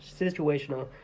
situational